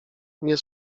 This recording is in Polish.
nie